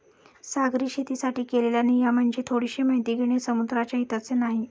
सागरी शेतीसाठी केलेल्या नियमांची थोडीशी माहिती घेणे समुद्राच्या हिताचे नाही